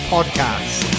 Podcast